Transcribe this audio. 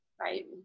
Right